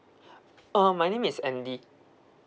uh my name is andy